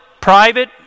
private